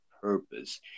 purpose